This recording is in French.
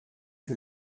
que